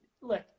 look